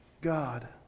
God